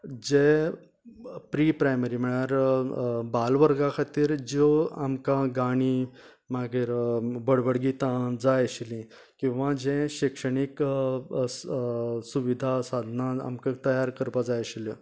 जे pre primary म्हळ्यार जे बाल वर्गां खातीर ज्यो आमकां गाणी मागीर बडबड गितां जाय आशिल्ली किंवां जे शिक्षणीक सुविधा आसा ना आमकां तयार करपा जाय आशिल्ल्यो